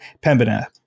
Pembina